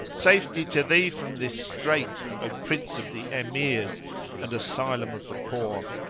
safety to thee from this strait, o prince of the emirs and asylum of the poor!